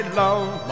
love